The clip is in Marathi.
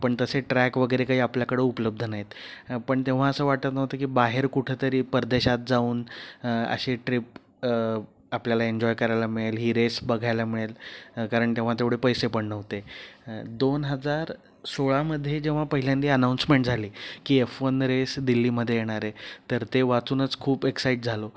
पण तसे ट्रॅक वगैरे काही आपल्याकडं उपलब्ध नाहीत पण तेव्हा असं वाटत नव्हतं की बाहेर कुठंतरी परदेशात जाऊन अशी ट्रिप आपल्याला एन्जॉय करायला मिळेल ही रेस बघायला मिळेल कारण तेव्हा तेवढे पैसे पण नव्हते दोन हजार सोळामध्ये जेव्हा पहिल्यांदा अनाऊन्समेंट झाली की एफ वन रेस दिल्लीमध्ये येणारे तर ते वाचूनच खूप एक्साइट झालो